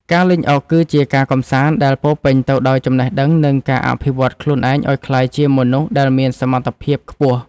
ការលេងអុកគឺជាការកម្សាន្តដែលពោរពេញទៅដោយចំណេះដឹងនិងការអភិវឌ្ឍខ្លួនឯងឱ្យក្លាយជាមនុស្សដែលមានសមត្ថភាពខ្ពស់។